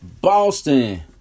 Boston